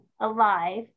alive